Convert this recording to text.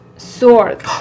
sword